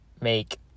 make